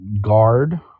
guard